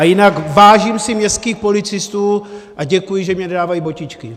A jinak si vážím městských policistů a děkuji, že mi dávají botičky.